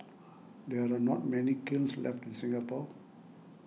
there are not many kilns left in Singapore